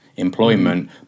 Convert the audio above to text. employment